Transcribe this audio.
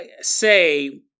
say